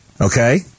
okay